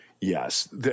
Yes